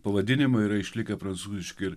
pavadinimai yra išlikę prancūziški ir